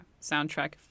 Soundtrack